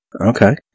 Okay